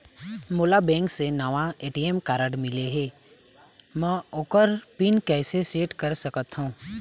मोला बैंक से नावा ए.टी.एम कारड मिले हे, म ओकर पिन कैसे सेट कर सकत हव?